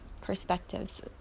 perspectives